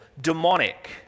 demonic